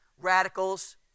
radicals